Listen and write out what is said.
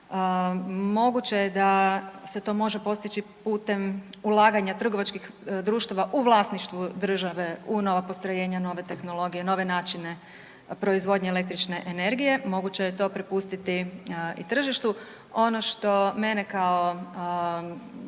Moguće je da se to može postići putem ulaganja trgovačkih društava u vlasništvu države u nova postrojenja, nove tehnologije, nove načine proizvodnje električne energije, moguće je to prepustiti i tržištu. Ono što mene kao